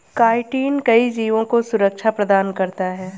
chitin कई जीवों को सुरक्षा प्रदान करता है